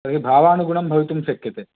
तर्हि भावानुगुणं भवितुं शक्यते